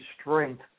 strength